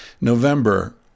November